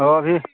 अभी